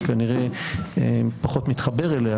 אבל כנראה פחות מתחבר אליה,